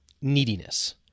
Neediness